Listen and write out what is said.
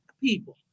people